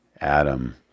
Adam